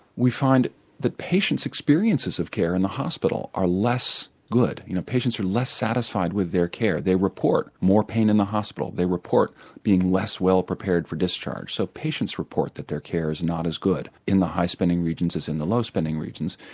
we find the patients' experiences of care in the hospital are less good, the you know patients are less satisfied with their care, they report more pain in the hospital, they report being less well prepared for discharge. so patients report report that their care is not as good in the high spending regions as in the low spending regions.